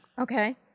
Okay